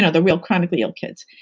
ah the real chronically ill kids.